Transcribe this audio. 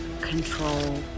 control